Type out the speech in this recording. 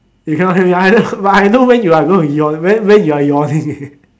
you cannot hear me I know but I know when you are going to yawn when when you are yawning eh